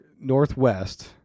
Northwest